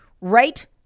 right